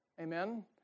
Amen